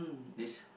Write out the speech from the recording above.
this